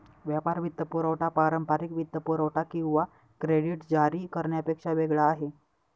व्यापार वित्तपुरवठा पारंपारिक वित्तपुरवठा किंवा क्रेडिट जारी करण्यापेक्षा वेगळा आहे